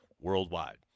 worldwide